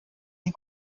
die